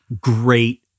great